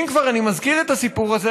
אם כבר אני מזכיר את הסיפור הזה,